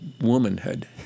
womanhood